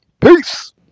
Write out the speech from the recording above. peace